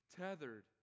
tethered